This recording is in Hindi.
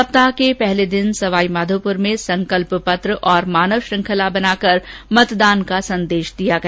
सप्ताह के पहले दिन सवाईमाधोपुर में संकल्प पत्र और मानव श्रृखंला बनाकर मतदान का संदेश दिया गया